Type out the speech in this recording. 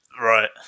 Right